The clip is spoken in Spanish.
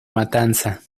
matanza